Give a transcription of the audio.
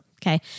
Okay